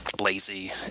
lazy